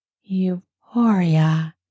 Euphoria